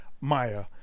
Maya